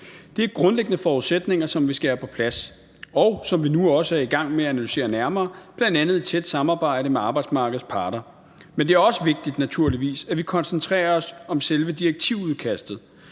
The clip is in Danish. Det er grundlæggende forudsætninger, som vi skal have på plads, og som vi nu også er i gang med at analysere nærmere, bl.a. i tæt samarbejde med arbejdsmarkedets parter. Men det er naturligvis også vigtigt, at vi koncentrerer os om selve direktivudkastet.